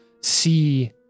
see